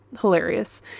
hilarious